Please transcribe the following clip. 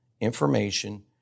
information